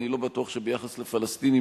אני לא בטוח שביחס לפלסטינים,